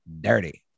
dirty